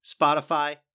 Spotify